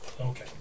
Okay